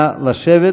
נא לשבת.